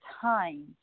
time